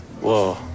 Whoa